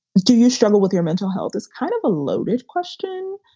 do you struggle with your mental health as kind of a loaded question?